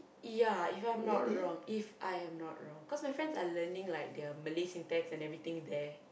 ya if you are not wrong If I am not wrong cause my friends are learning their Malay thing and everything there